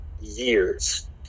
years